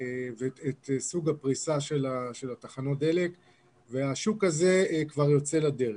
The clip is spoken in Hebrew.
ואת סוג הפריסה של תחנות הדלק והשוק הזה כבר יוצא לדרך.